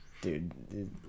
Dude